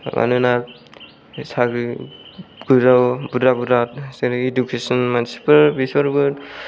मानोना फैसाबो बुरजा बुरजा बेराद जेरै इजुकेशन मानसिफोर बिसोरबो